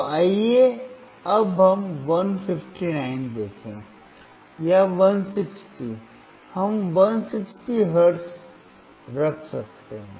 तो आइए अब हम 159 देखें या 160 हम 160 हर्ट्ज रख सकते हैं